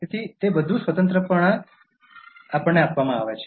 તેથી તે બધા સ્વતંત્રપણે આપણને આપવામાં આવે છે